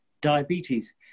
diabetes